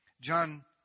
John